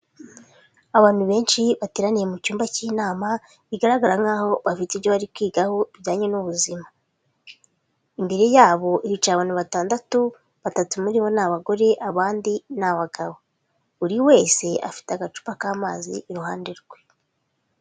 Abantu benshi bateraniye mu cyumba cy'inama, bigaragara nkaho bafite ibyo bari kwigaho bijyanye n'ubuzima, imbere yabo hicaye abantu batandatu, batatu muri bo ni abagore, abandi ni abagabo, buri wese afite agacupa k'amazi iruhande rwe.